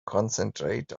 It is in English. concentrate